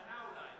בשנה אולי.